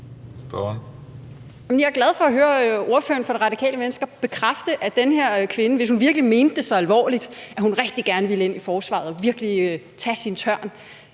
Jeg er glad for at høre ordføreren for Det Radikale Venstre bekræfte, at den her kvinde – hvis hun virkelig mente det så alvorligt, at hun rigtig gerne ville ind i forsvaret og virkelig tage sin tørn